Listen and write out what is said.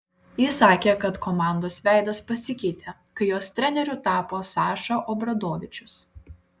jis sakė kad komandos veidas pasikeitė kai jos treneriu tapo saša obradovičius